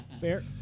Fair